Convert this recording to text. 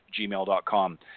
gmail.com